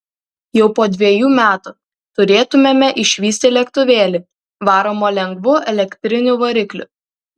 jau po dviejų metų turėtumėme išvysti lėktuvėlį varomą lengvu elektriniu varikliu